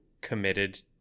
committed